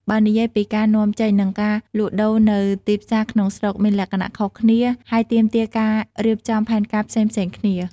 បើនិយាយពីការនាំចេញ និងការលក់ដូរនៅទីផ្សារក្នុងស្រុក មានលក្ខណៈខុសគ្នា ហើយទាមទារការរៀបចំផែនការផ្សេងៗគ្នា។